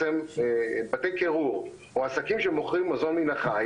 בתי קירור או עסקים שמוכרים מזון מן החי